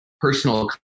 personal